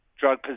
drug